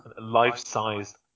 life-sized